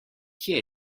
kje